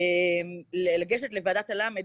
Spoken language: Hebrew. לוועדת הלמ"ד,